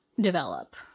develop